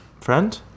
friend